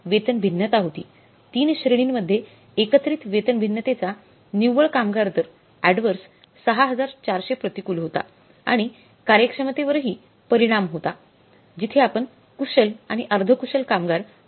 वेतन भिन्नता होती तीन श्रेणींमध्ये एकत्रित वेतन भिन्नतेचा निव्वळ कामगार दर adverse 6400 प्रतिकूल होता आणि कार्यक्षमतेवरही परिणाम होतो जिथे आपण कुशल आणि अर्धकुशल कामगार कमी केले आहेत